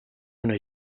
una